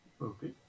okay